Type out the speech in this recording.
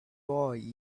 boy